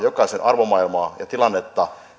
arvomaailmaa ja tilannetta